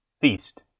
Feast